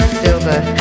silver